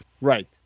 Right